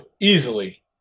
easily